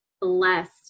blessed